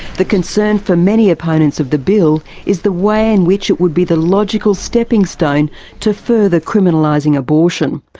the concern for the many opponents of the bill is the way in which it would be the logical stepping stone to further criminalising abortion,